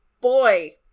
Boy